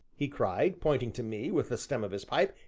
he cried, pointing to me with the stern of his pipe,